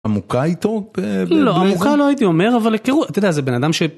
עמוקה איתו? לא עמוקה לא הייתי אומר אבל היכרות, אתה יודע זה בן אדם ש...